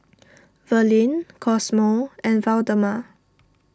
Verlyn Cosmo and Waldemar